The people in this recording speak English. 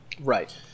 Right